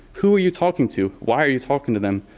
who are you talking to, why are you talking to them,